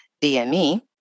DME